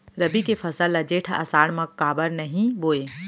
रबि के फसल ल जेठ आषाढ़ म काबर नही बोए?